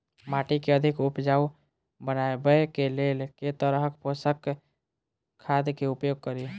माटि केँ अधिक उपजाउ बनाबय केँ लेल केँ तरहक पोसक खाद केँ उपयोग करि?